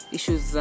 Issues